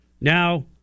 Now